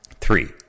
three